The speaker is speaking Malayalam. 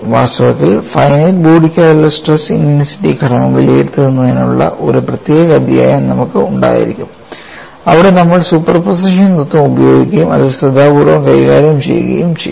വാസ്തവത്തിൽ ഫൈനൈറ്റ് ബോഡിക്കായുള്ള സ്ട്രെസ് ഇന്റെൻസിറ്റി ഘടകം വിലയിരുത്തുന്നതിനുള്ള ഒരു പ്രത്യേക അധ്യായം നമുക്ക് ഉണ്ടായിരിക്കും അവിടെ നമ്മൾ സൂപ്പർപോസിഷൻ തത്വം ഉപയോഗിക്കുകയും അത് ശ്രദ്ധാപൂർവ്വം കൈകാര്യം ചെയ്യുകയും ചെയ്യും